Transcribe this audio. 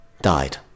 died